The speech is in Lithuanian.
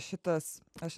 šitas aš